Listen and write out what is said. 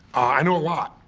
i know a lot.